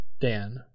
Dan